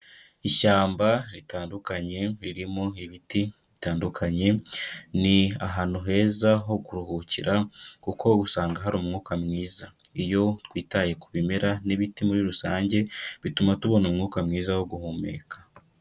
Ishyamba ritandukanye ririmo ibiti bitandukanye, ni ahantu heza ho kuruhukira kuko usanga hari umwuka mwiza. Iyo twitaye ku bimera n'ibiti muri rusange bituma tubona umwuka mwiza wo guhumeka.